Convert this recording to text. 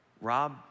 Rob